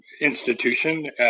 institution